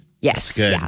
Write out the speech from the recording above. Yes